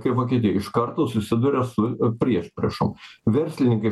kaip vokietijoj iš karto susiduria su priešpriešom verslininkai